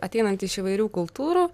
ateinanti iš įvairių kultūrų